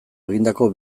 egindako